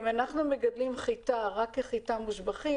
אם אנחנו מגדלים חיטה רק עם מושבחים,